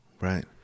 right